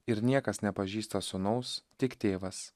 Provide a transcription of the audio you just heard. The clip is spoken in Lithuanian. ir niekas nepažįsta sūnaus tik tėvas